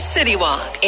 CityWalk